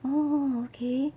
oh okay